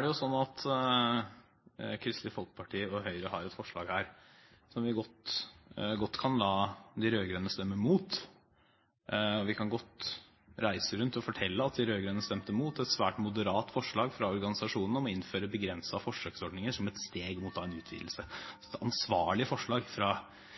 jo slik at Kristelig Folkeparti og Høyre har et forslag her, som vi godt kan la de rød-grønne stemme mot, og vi kan godt reise rundt og fortelle at de rød-grønne stemte mot et svært moderat forslag fra organisasjonene om å innføre begrensede forsøksordninger som et steg mot en utvidelse, altså et ansvarlig forslag